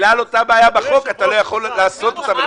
בגלל אותה בעיה אתה לא יכול לעשות אותם.